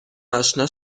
اشنا